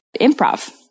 improv